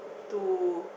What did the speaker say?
to